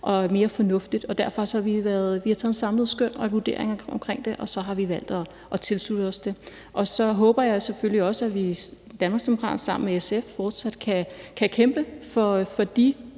og mere fornuftigt. Derfor har vi foretaget et samlet skøn af det, og så har vi valgt at tilslutte os det. Så håber jeg selvfølgelig også, at Danmarksdemokraterne sammen med SF fortsat kan kæmpe for de